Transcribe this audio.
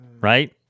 right